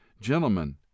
gentlemen